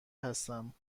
هستم